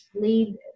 lead